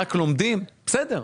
רק לומדים בסדר.